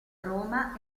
roma